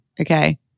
okay